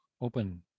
open